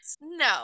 no